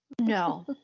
No